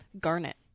Garnet